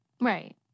Right